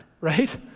right